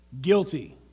guilty